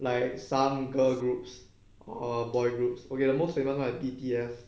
like some girl groups or boy groups okay most of them like B_T_S